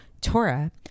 Torah